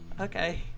Okay